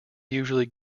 usually